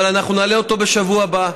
אבל אנחנו נעלה אותו בשבוע הבא.